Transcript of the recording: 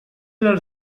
les